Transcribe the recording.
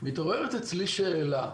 מתעוררת אצלי שאלה,